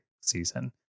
season